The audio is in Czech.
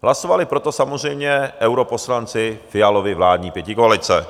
Hlasovali pro to samozřejmě europoslanci Fialovy vládní pětikoalice.